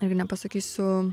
irgi nepasakysiu